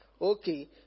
okay